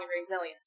resilient